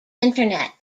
internet